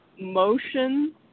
motion